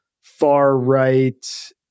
far-right